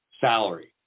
salary